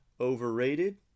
overrated